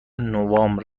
نوامبر